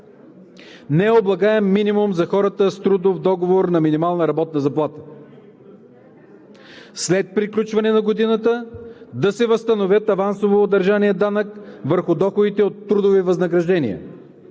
необлагаем минимум за хората с трудов договор на минимална работна заплата. След приключване на годината да се възстанови авансово удържаният данък върху доходите от трудови възнаграждения.